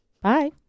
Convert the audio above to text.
Bye